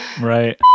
right